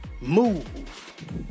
Move